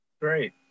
Great